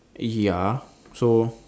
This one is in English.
ya so